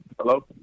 Hello